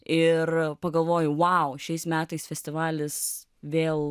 ir pagalvoju wow šiais metais festivalis vėl